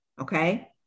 okay